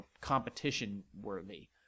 competition-worthy